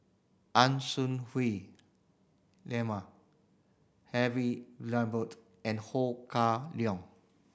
Ang Swee Hui Henry and Ho Kah Leong